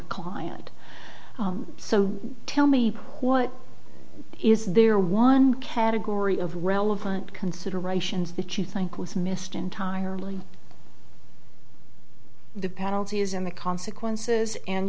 a client so tell me what is there one category of relevant considerations that you think was missed entirely the penalties and the consequences and